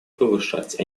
повышать